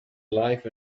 life